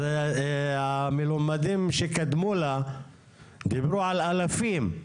אז המלומדים שקדמו לה דיברו על אלפים.